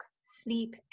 sleep